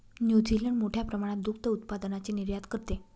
New Zealand मोठ्या प्रमाणात दुग्ध उत्पादनाची निर्यात करते